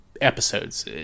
episodes